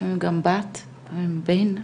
לפעמים גם עם בת או עם בן.